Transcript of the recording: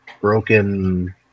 Broken